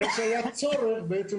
מנהלת מחוז צפון במשרד להגנת